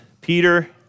Peter